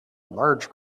large